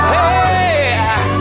Hey